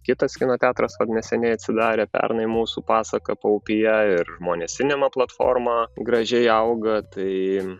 kitas kino teatras vat neseniai atsidarė pernai mūsų pasaka paupyje ir žmonės sinema platforma gražiai auga tai